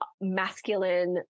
masculine